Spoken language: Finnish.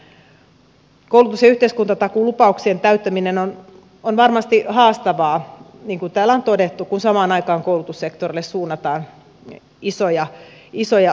koulutus ja yhteiskuntatakuulupauksien täyttäminen on varmasti haastavaa niin kuin täällä on todettu kun samaan aikaan koulutussektorille suunnataan isoja leikkauksia